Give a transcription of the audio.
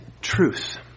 truth